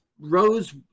Rose